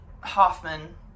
Hoffman